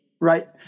Right